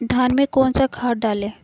धान में कौन सा खाद डालें?